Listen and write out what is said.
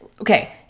okay